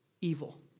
evil